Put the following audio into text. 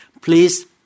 Please